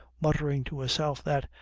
muttering to herself that,